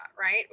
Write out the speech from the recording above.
right